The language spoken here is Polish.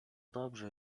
dobrze